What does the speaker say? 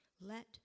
Let